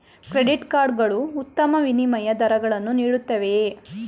Credit card ಗಳು ಉತ್ತಮ ವಿನಿಮಯ ದರಗಳನ್ನು ನೀಡುತ್ತವೆಯೇ?